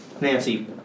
Nancy